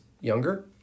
younger